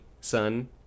Son